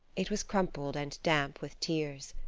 it was crumpled and damp with tears.